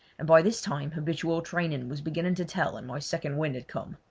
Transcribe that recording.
and by this time habitual training was beginning to tell and my second wind had come.